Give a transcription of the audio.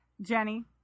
Jenny